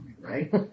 right